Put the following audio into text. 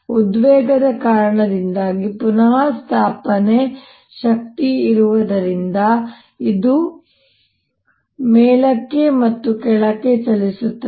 ಉದ್ವೇಗದ ಕಾರಣದಿಂದಾಗಿ ಪುನಃಸ್ಥಾಪನೆ ಶಕ್ತಿ ಇರುವುದರಿಂದ ಇದು ಮೇಲಕ್ಕೆ ಮತ್ತು ಕೆಳಕ್ಕೆ ಚಲಿಸುತ್ತದೆ